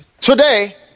Today